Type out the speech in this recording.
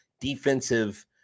defensive